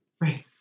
Right